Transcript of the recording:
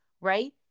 right